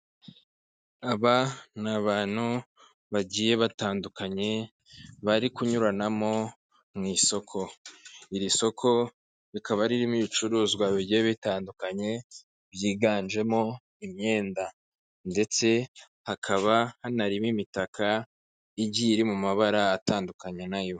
Aba ni abantu bagiye batandukanye bari kunyuranamo mu isoko, iri soko rikaba ririmo ibicuruzwa bigiye bitandukanye, byiganjemo imyenda ndetse hakaba hanarimo imitaka igiye iri mu mabara atandukanye na yo.